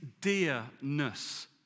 dearness